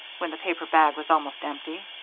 when the paper bag was almost empty,